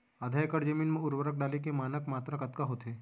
आधा एकड़ जमीन मा उर्वरक डाले के मानक मात्रा कतका होथे?